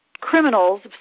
criminals